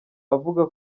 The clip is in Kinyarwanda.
avuga